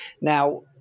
Now